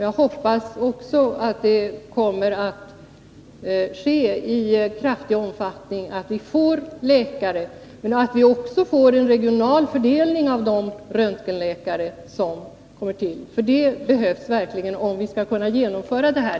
Jag hoppas att det också kommer att ske i stor omfattning och att vi får läkare men också en regional fördelning av de röntgenläkare som kommer till — det behövs verkligen om vi skall kunna genomföra detta.